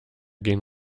gehen